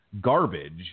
garbage –